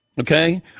okay